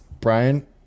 Brian